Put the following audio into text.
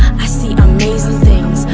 i see amazing things.